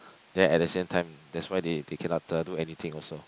then at the same time that's why they they cannot uh do anything also